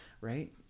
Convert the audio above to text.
right